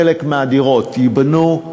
חלק מהדירות ייבנו,